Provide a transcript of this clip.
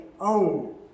own